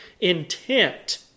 intent